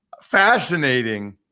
Fascinating